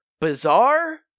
bizarre